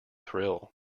thrill